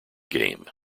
game